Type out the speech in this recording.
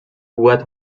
what